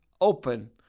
open